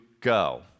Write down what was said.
go